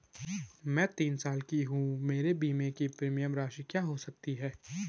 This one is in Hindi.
मैं तीस साल की हूँ मेरे बीमे की प्रीमियम राशि क्या हो सकती है?